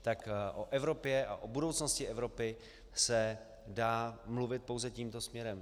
Tak o Evropě a o budoucnosti Evropy se dá mluvit pouze tímto směrem.